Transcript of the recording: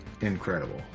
Incredible